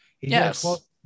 yes